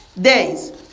days